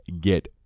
get